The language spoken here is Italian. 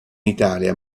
italia